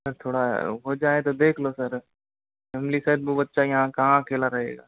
sir थोड़ा हो जाए तो देख लो सर फेमली सर वो बच्चा यहाँ कहाँ अकेला रहेगा